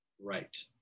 Right